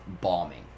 bombing